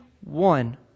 one